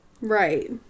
Right